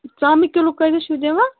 ژامنہِ کِلوٗ کۭتِس چھُو دِوان